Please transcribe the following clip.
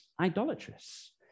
idolatrous